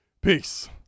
Peace